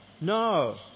no